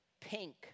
pink